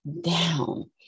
down